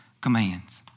commands